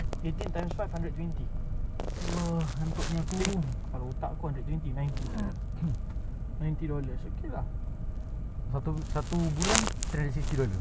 tak lah kita everyday berbual kita just share our daily punya ni kejap ya like ah that's why bagi aku is good we are friends in di~ so kita boleh berbual pasal kita punya daily punya benda